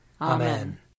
Amen